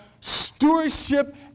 stewardship